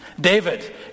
David